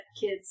kids